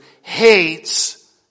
hates